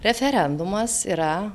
referendumas yra